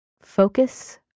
focus